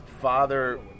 Father